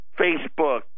Facebook